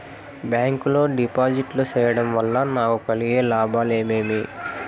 Bank లో డిపాజిట్లు సేయడం వల్ల నాకు కలిగే లాభాలు ఏమేమి?